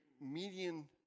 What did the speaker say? median